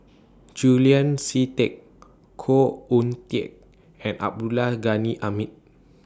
Julian Yeo See Teck Khoo Oon Teik and Abdul Ghani Hamid